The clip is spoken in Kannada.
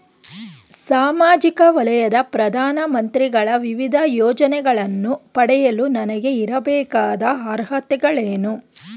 ಸಾಮಾಜಿಕ ವಲಯದ ಪ್ರಧಾನ ಮಂತ್ರಿಗಳ ವಿವಿಧ ಯೋಜನೆಗಳನ್ನು ಪಡೆಯಲು ನನಗೆ ಇರಬೇಕಾದ ಅರ್ಹತೆಗಳೇನು?